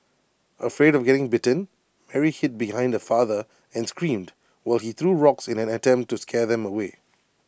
afraid of getting bitten Mary hid behind her father and screamed while he threw rocks in an attempt to scare them away